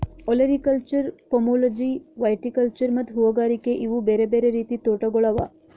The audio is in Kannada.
ಒಲೆರಿಕಲ್ಚರ್, ಫೋಮೊಲಜಿ, ವೈಟಿಕಲ್ಚರ್ ಮತ್ತ ಹೂಗಾರಿಕೆ ಇವು ಬೇರೆ ಬೇರೆ ರೀತಿದ್ ತೋಟಗೊಳ್ ಅವಾ